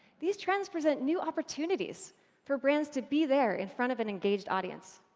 these trends present new opportunities for brands to be there in front of an engaged audience.